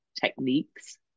techniques